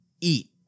eat